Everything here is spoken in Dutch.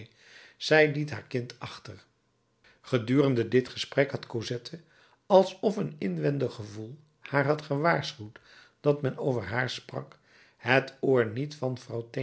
zij liet haar kind achter gedurende dit gesprek had cosette alsof een inwendig gevoel haar had gewaarschuwd dat men over haar sprak het oor niet van